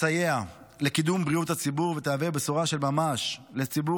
תסייע לקידום בריאות הציבור ותהווה בשורה של ממש לציבור